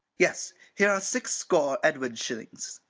yes, here are six score edward shillings.